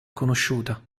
conosciuta